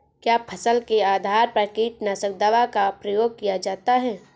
क्या फसल के आधार पर कीटनाशक दवा का प्रयोग किया जाता है?